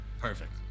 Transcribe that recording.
Perfect